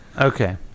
Okay